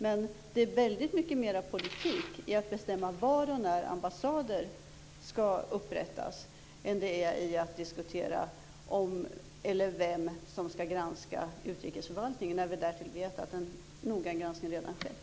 Men det är väldigt mycket mer politik i att bestämma var och när ambassader skall upprättas än vad det är att diskutera om man skall eller vem som skall granska utrikesförvaltningen, när vi därtill vet att en noggrann granskning redan har skett.